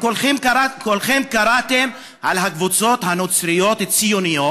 וכולכם קראתם על הקבוצות הנוצריות-ציוניות,